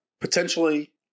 Potentially